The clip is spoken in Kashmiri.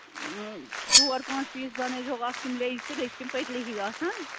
ژور پانٛژھ پیٖس بَنٲوِزیٚو اکھ تِم لیٚجہِ تہٕ بیٚیہِ چھِ تِم پٔتلہِ ہِوی آسان